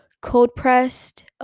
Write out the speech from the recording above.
cold-pressed